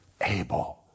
able